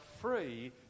free